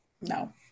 No